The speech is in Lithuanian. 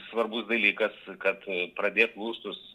svarbus dalykas kad pradėt lustus